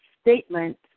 statement